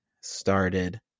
started